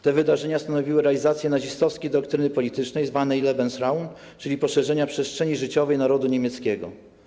Te wydarzenia stanowiły realizację nazistowskiej doktryny politycznej zwanej Lebensraum, czyli poszerzenia przestrzeni życiowej narodu niemieckiego.